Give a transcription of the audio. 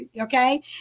Okay